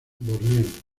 borneo